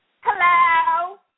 Hello